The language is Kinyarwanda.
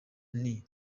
nti